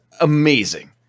amazing